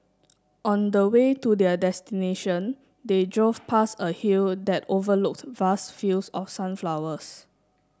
on the way to their destination they drove past a hill that overlooked vast fields of sunflowers